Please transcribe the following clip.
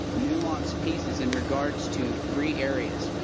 nuanced pieces in regards to three areas,